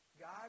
God